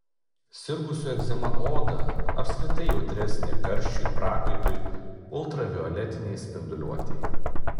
sirgusių egzema oda apskritai jautresnė karščiui prakaitui ultravioletinei spinduliuotei